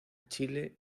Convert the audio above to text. chile